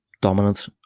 dominant